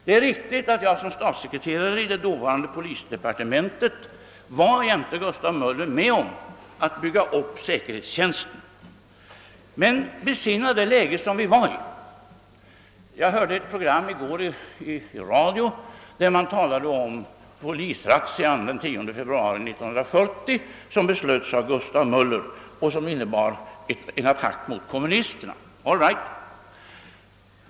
Det är riktigt att jag som statssekreterare i socialdepartementet, som då hade hand om polisärendena, jämte Gustav Möller var med om att bygga upp säkerhetstjänsten. Men besinna det läge som vi då var i. Jag hörde i går ett program i radio, där man talade om polisrazzian den 10 februari 1940, som beslöts av Gustav Möller och som innebar en attack mot kommunisterna.